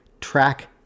track